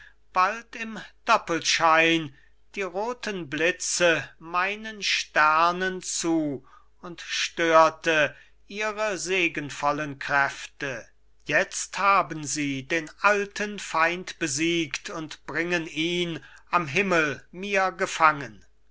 bald im doppelschein die roten blitze meinen sternen zu und störte ihre segenvollen kräfte jetzt haben sie den alten feind besiegt und bringen ihn am himmel mir gefangen